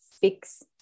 fix